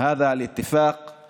את ההסכם הזה,